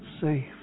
safe